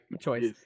choice